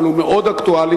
אבל הוא מאוד אקטואלי,